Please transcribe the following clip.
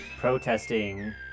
protesting